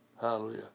Hallelujah